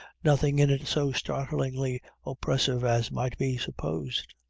nothing in it so startlingly oppressive as might be supposed.